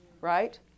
right